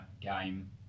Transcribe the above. game